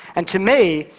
and to me,